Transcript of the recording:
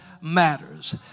matters